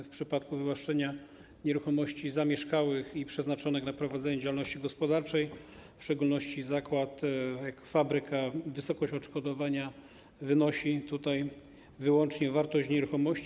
W przypadku wywłaszczenia nieruchomości zamieszkałych i przeznaczonych na prowadzenie działalności gospodarczej, w szczególności zakładu, fabryki, wysokość odszkodowania stanowi wyłącznie wartość nieruchomości.